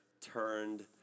turned